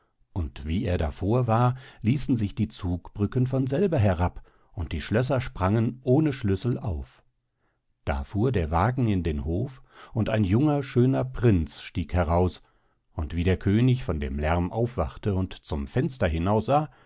und wie er davor war ließen sich die zugbrücken von selber herab und die schlösser sprangen ohne schlüssel auf da fuhr der wagen in den hof und ein junger schöner prinz stieg heraus und wie der könig von dem lärm aufwachte und zum fenster hinaus